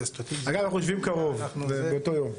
אגב, אנחנו יושבים קרוב באותו עיר.